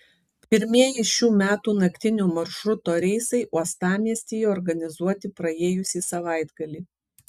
pirmieji šių metų naktinio maršruto reisai uostamiestyje organizuoti praėjusį savaitgalį